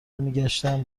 میگشتم